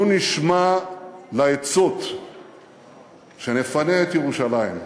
לו נשמע לעצות שנפנה את ירושלים,